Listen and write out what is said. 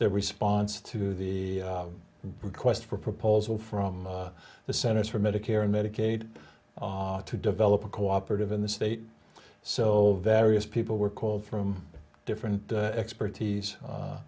their response to the request for proposal from the centers for medicare and medicaid to develop a cooperative in the state so various people were called from different expertise u